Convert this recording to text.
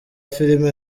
filime